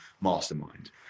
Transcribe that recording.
mastermind